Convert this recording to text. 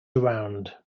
around